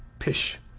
pish!